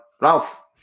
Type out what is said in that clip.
Ralph